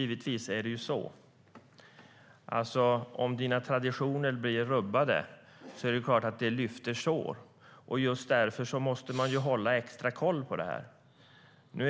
Givetvis är det så att om människors traditioner blir rubbade måste man hålla extra koll på detta. Om den